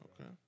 Okay